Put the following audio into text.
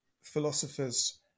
philosophers